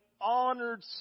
honored